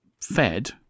fed